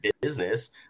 business